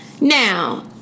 Now